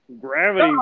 gravity